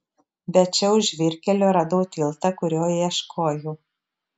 bet čia už žvyrkelio radau tiltą kurio ieškojau